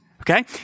okay